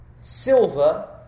silver